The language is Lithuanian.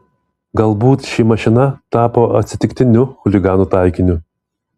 galbūt ši mašina tapo atsitiktiniu chuliganų taikiniu